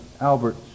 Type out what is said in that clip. Albert